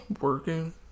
working